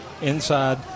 inside